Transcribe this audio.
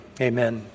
amen